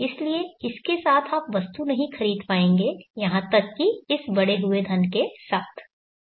इसलिए इस के साथ आप वस्तु नहीं खरीद पाएंगे यहां तक कि इस बढ़े हुए धन के मूल्य के साथ